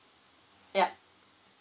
yup